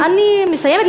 כן, אני מסיימת.